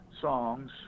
songs